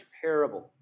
parables